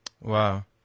Wow